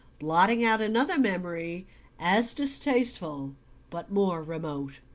blotting out another memory as distasteful but more remote.